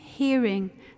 Hearing